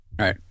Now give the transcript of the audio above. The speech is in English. right